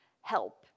help